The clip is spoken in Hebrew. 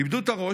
איבדו את הראש.